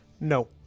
No